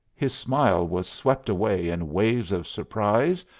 his smile was swept away in waves of surprise,